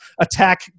attack